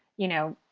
you know,